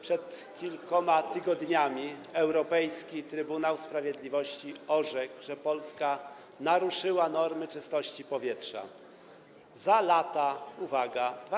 Przed kilkoma tygodniami Europejski Trybunał Sprawiedliwości orzekł, że Polska naruszyła normy czystości powietrza w latach, uwaga : 2007–2015.